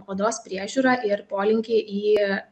odos priežiūrą ir polinkį į